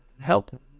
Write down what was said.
help